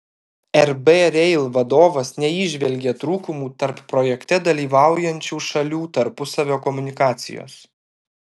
rb rail vadovas neįžvelgė trūkumų tarp projekte dalyvaujančių šalių tarpusavio komunikacijos